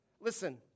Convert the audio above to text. Listen